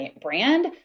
brand